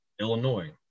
Illinois